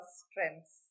strengths